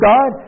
God